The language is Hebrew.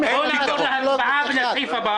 הפנים זה ככה: הפנים מדבר פשוט שצריך להוסיף כסף תוספתי